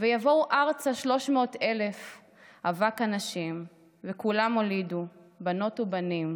// ויבואו ארצה שלוש מאות אלף / אבק אנשים / וכולם הולידו / בנות ובנים: